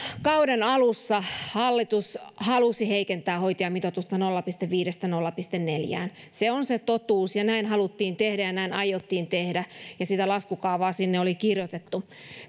kauden alussa hallitus halusi heikentää hoitajamitoitusta nolla pilkku viidestä nolla pilkku neljään se on se totuus ja näin haluttiin tehdä ja näin aiottiin tehdä ja sitä laskukaavaa oli sinne kirjoitettu